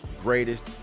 greatest